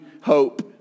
hope